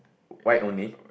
white only